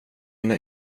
mina